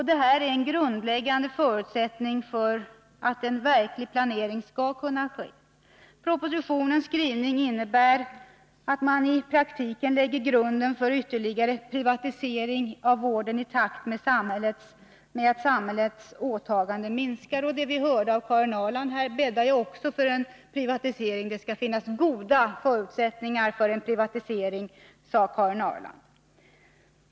Det är en grundläggande förutsättning för att en verklig planering skall kunna ske. Propositionens skrivning innebär att man i praktiken lägger grunden för ytterligare privatisering av vården i takt med att samhällets åtaganden minskar, och det vi hörde av Karin Ahrland bäddar också för en privatisering: Det skall finnas goda förutsättningar för en privatisering, sade hon.